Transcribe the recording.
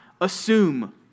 assume